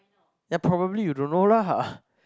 then probably you don't know lah